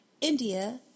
India